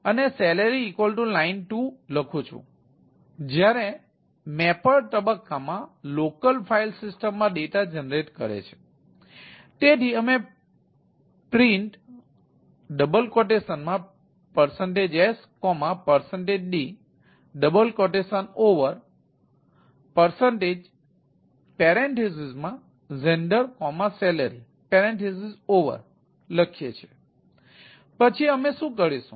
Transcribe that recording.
પછી અમે શું કરીશું